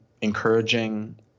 encouraging